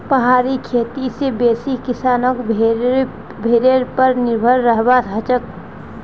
पहाड़ी खेती स बेसी किसानक भेड़ीर पर निर्भर रहबा हछेक